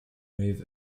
move